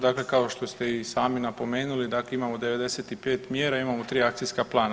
Dakle, kao što ste i sami napomenuli dakle imamo 95 mjera, imamo 3 akcijska plana.